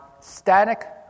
static